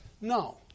No